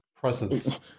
presence